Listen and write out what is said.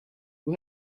who